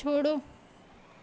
छोड़ो